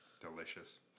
delicious